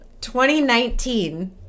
2019